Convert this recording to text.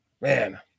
Man